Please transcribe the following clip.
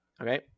Okay